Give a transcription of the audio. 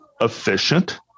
efficient